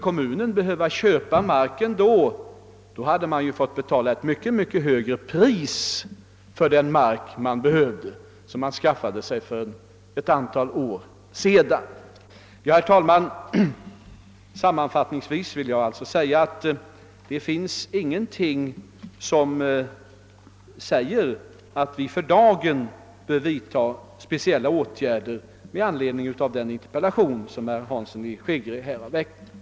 Kommunen skulle tvingas betala ett mycket högre pris då än vid inköpet för ett antal år sedan. Herr talman! Sammanfattningsvis finns det alltså ingenting som säger att vi för dagen bör vidta speciella åtgärder med anledning av den interpeilation som herr Hansson i Skegrie har framställt.